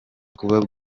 kuba